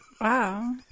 Wow